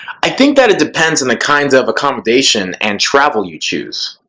i think that it depends on the kind of accommodation and travel you choose.